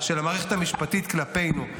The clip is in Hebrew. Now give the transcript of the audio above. בוז מוחלט של המערכת המשפטית כלפינו.